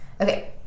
Okay